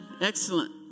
Excellent